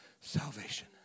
salvation